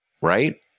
right